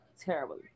terribly